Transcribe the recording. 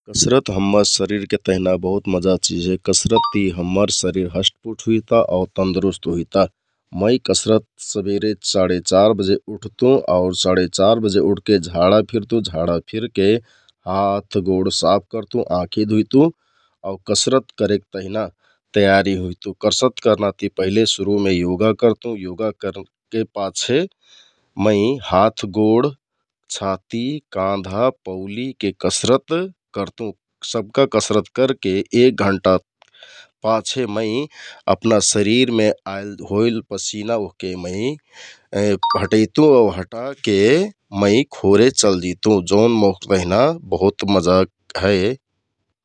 कसरत हम्मर शरिरके तेहना बहुत मजा चिझ हे । कसरतति हम्मर शरिर हस्टपुस्ट हुइता आउ तन्दुरुस्त हुइता । मै कसरत सबेरे साढे चार बजे उठतुँ आउर साढे चार बजे उठके झाडा फिरतुँ आउर झाडा फिरके हाथ, गोड साफ करतुँ, आँखि धुइतु आउ कसरत करेक तेहना तयारि हुइतुँ । कसरत करना ति पहिले सुरु मे योगा करतुँ, योगा करके पाछे मै हाथ, गोड, छाति, काँधा, पौलिके कसरत करतुँ । सबका कसरत करके एक घण्टा पाछे मै अपना शरिरमे आइल पसिना ओहके मै हटैतुँ आउ हटाके मे खोरे चलजितुँ । जौन मोर तेहना बहुत मजा हे ।